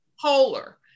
polar